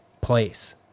place